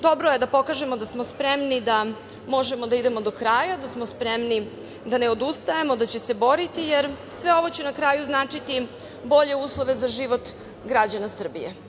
Dobro je da pokažemo da smo spremni da možemo da idemo do kraja, da smo spremni da ne odustajemo, da ćemo se boriti, jer sve ovo će na kraju značiti bolje uslove za život građana Srbije.